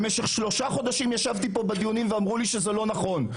במשך שלושה חודשים ישבתי פה בדיונים ואמרו לי שזה לא נכון.